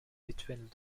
between